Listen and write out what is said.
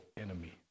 enemy